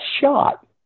shot